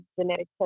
genetic